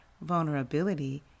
vulnerability